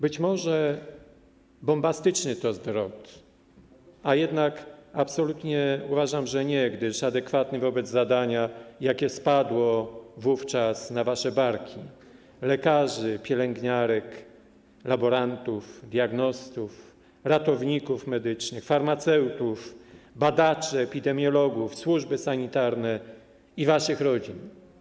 Być może bombastyczny to zwrot, a jednak absolutnie uważam, że nie, gdyż adekwatny wobec zadania, jakie spadło wówczas na wasze barki: lekarzy, pielęgniarek, laborantów, diagnostów, ratowników medycznych, farmaceutów, badaczy, epidemiologów, służb sanitarnych i waszych rodzin.